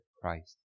Christ